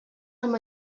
amb